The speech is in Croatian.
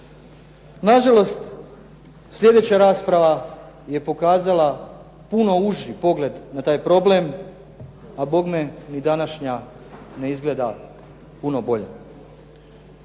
Na žalost sljedeća rasprava je pokazala puno uži pogled, a bome ni današnja ne izgleda puno bolja.